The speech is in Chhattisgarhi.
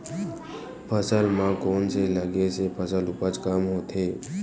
फसल म कोन से लगे से फसल उपज कम होथे?